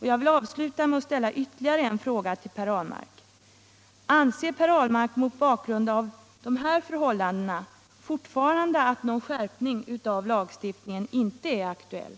Jag vill avsluta med att ställa ytterligare en fråga till Per Ahlmark: Anser Per Ahlmark mot bakgrund av dessa förhållanden fortfarande att någon skärpning av lagstiftningen inte är aktuell?